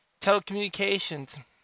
telecommunications